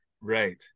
Right